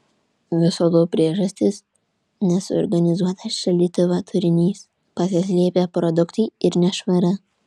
viso to priežastys nesuorganizuotas šaldytuvo turinys pasislėpę produktai ir nešvara